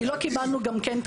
כי לא קיבלנו את המידע.